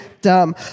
dumb